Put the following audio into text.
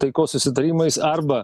taikos susitarimais arba